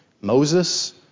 Moses